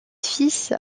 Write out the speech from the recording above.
fils